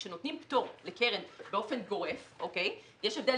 כשנותנים פטור לקרן באופן גורף יש הבדל